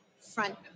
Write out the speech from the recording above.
front